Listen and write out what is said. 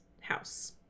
house